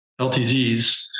LTZs